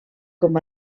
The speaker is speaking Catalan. com